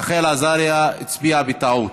רחל עזריה הצביעה בטעות.